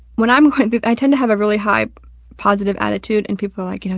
when i'm i tend to have a really high positive attitude, and people are like, you know,